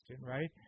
right